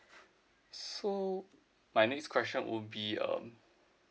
so my next question would be um